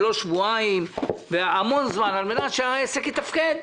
ולא שבועיים - המון זמן על מנת שהעסק יתפקד.